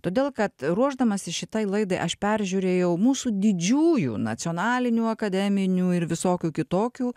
todėl kad ruošdamasi šitai laidai aš peržiūrėjau mūsų didžiųjų nacionalinių akademinių ir visokių kitokių